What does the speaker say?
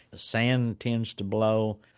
sand tends to blow.